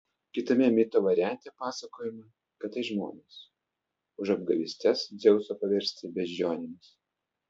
kitame mito variante pasakojama kad tai žmonės už apgavystes dzeuso paversti beždžionėmis